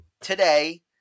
today